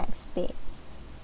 next day